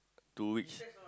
two weeks